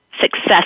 success